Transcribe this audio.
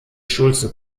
schulze